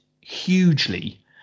hugely